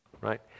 right